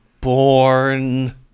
born